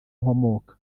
nkomoka